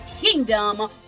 kingdom